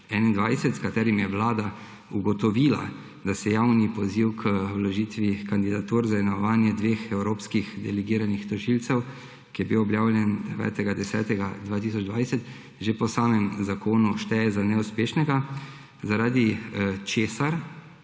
2021, s katerim je Vlada ugotovila, da se javni poziv k vložitvi kandidatur za imenovanje dveh evropskih delegiranih tožilcev, ki je bil objavljen 9. 10. 2020, že po samem zakonu šteje za neuspešnega, zaradi česar